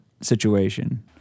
situation